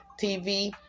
TV